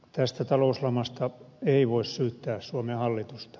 tästä talouslamasta ei voi syyttää suomen hallitusta